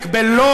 למה?